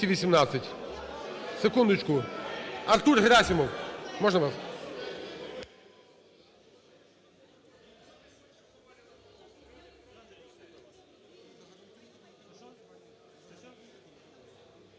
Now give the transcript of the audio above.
Секундочку. Артур Герасимов, можна вас?